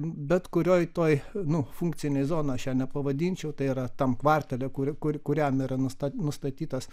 bet kurioj toj nu funkcine zona aš jos nepavadinčiau tai yra tam kvartale kur kuri kuriam yra nusta nustatytas